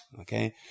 Okay